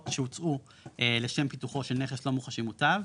שהוצאו לשם פיתוחו של נכס לא מוחשי מוטב,